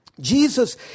Jesus